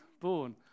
born